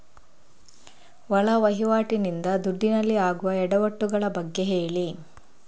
ಒಳ ವಹಿವಾಟಿ ನಿಂದ ದುಡ್ಡಿನಲ್ಲಿ ಆಗುವ ಎಡವಟ್ಟು ಗಳ ಬಗ್ಗೆ ಹೇಳಿ